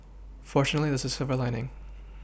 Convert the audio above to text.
fortunately this is a silver lining